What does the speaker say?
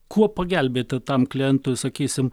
kuo pagelbėti tam klientui sakysim